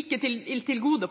ikke er til